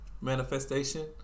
manifestation